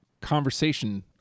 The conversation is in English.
conversation